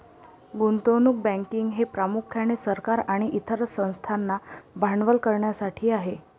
गुंतवणूक बँकिंग हे प्रामुख्याने सरकार आणि इतर संस्थांना भांडवल करण्यासाठी आहे